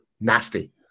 nasty